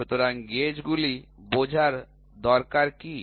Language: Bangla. সুতরাং গেজ গুলি বোঝার দরকার কী